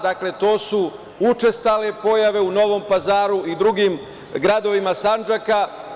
Dakle, to su učestale pojave u Novom Pazaru i drugim gradovima Sandžaka.